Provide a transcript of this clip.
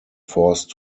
forced